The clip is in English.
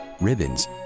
ribbons